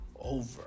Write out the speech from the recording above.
over